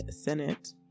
Senate